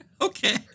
Okay